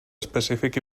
específic